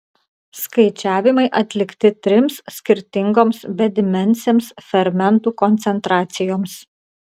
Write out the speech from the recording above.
skaičiavimai atlikti trims skirtingoms bedimensėms fermentų koncentracijoms